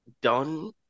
done